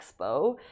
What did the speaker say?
Expo